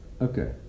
Okay